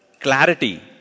clarity